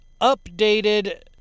updated